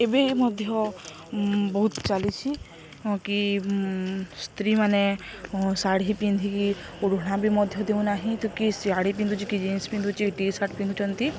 ଏବେ ମଧ୍ୟ ବହୁତ୍ ଚାଲିଛି କି ସ୍ତ୍ରୀମାନେ ଶାଢ଼ୀ ପିନ୍ଧିକି ଓଢ଼ଣା ବି ମଧ୍ୟ ଦେଉନାହିଁ ତ କି ଶାଢ଼ୀ ପିନ୍ଧୁଛି କି ଜିନ୍ସ ପିନ୍ଧୁଛି କି ଟି ସାର୍ଟ ପିନ୍ଧୁଛନ୍ତି